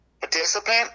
participant